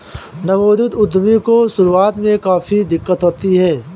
नवोदित उद्यमी को शुरुआत में काफी दिक्कत आती है